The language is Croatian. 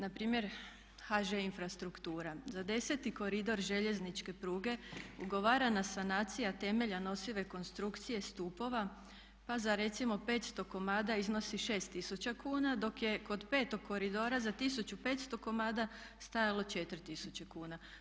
Npr. HŽ Infrastruktura, za 10 koridor željezničke pruge ugovarana sanacija temelja nosive konstrukcije stupova, pa za recimo 500 komada iznosi 6000 kn, dok je kod petog koridora za 1500 komada stajalo 4000 kuna.